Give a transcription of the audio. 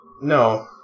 no